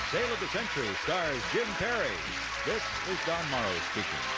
ale of the century stars jim perry. this is don morrow speaking.